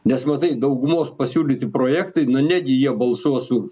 nes matai daugumos pasiūlyti projektai negi jie balsuos už